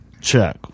Check